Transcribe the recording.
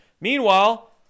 Meanwhile